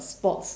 sports